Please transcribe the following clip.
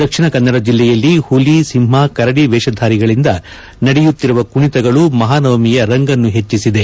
ದಕ್ಷಿಣ ಕನ್ನಡ ಜಿಲ್ಲೆಯಲ್ಲಿ ಹುಲಿ ಸಿಂಹ ಕರದಿ ವೇಷಧಾರಿಗಳಿಂದ ನಡೆಯುತ್ತಿರುವ ಕುಣಿತಗಳು ಮಹಾನವಮಿಯ ರಂಗನ್ನು ಹೆಚ್ಚಿಸಿದೆ